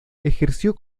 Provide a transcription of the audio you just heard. ejerció